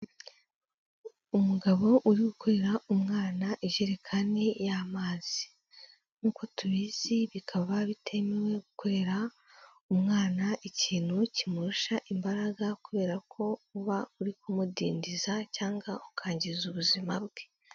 Umugabo uri gukorera umwana ijerekani y'amazi, nk'uko tubizi bikaba bitemewe gukorera umwana ikintu kimurusha imbaraga kubera ko uba uri kumudindiza cyangwa ukangiza ubuzima bwe.